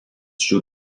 šių